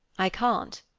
i can't,